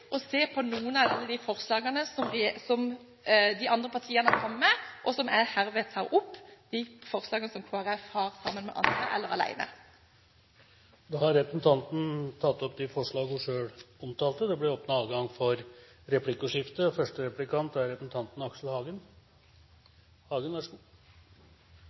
å se på noen av alle de forslagene som de andre partiene har kommet med. Jeg tar hermed opp de forslagene som Kristelig Folkeparti har sammen med andre, eller alene. Representanten Dagrun Eriksen har tatt opp de forslagene hun refererte til. Det blir replikkordskifte. Jeg tror hele KUF-komiteen er glad i arbeidslivsfag og